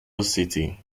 city